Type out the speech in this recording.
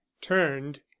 turned